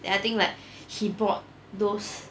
then I think like he brought those